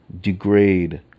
degrade